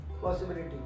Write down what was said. possibility